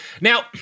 Now